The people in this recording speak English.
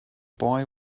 boy